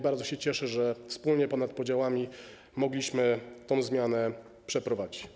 Bardzo się cieszę, że wspólnie ponad podziałami mogliśmy tę zmianę przeprowadzić.